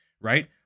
right